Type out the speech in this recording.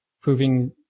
proving